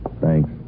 Thanks